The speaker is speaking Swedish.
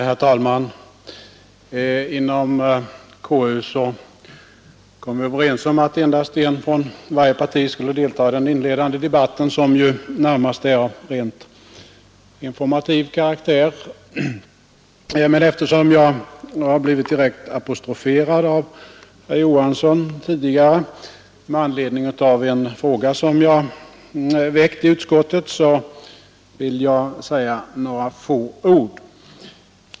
Herr talman! Inom konstitutionsutskottet kom vi överens om att endast en från varje parti skulle delta i den inledande debatten som närmast är av rent informativ karaktär. Men eftersom jag har blivit direkt apostroferad tidigare av herr Johansson med anledning av en fråga som jag väckt i utskottet, vill jag säga några få ord.